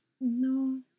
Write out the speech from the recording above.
No